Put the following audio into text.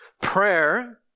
Prayer